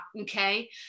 okay